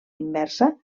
inversa